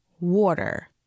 water